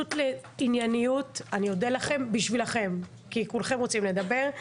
פשוט ענייניות, בשבילכם, כי כולכם רוצים לדבר.